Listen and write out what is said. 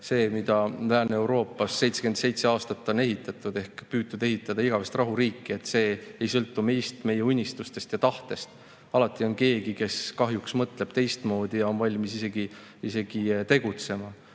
ütlesin, Lääne‑Euroopas on 77 aastat ehitatud või püütud ehitada igavest rahuriiki, aga see ei sõltu meist, meie unistustest ja tahtest. Alati on keegi, kes kahjuks mõtleb teistmoodi ja on valmis isegi tegutsema.